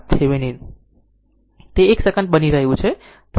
તેથી તે 1 સેકન્ડ બની રહ્યું છે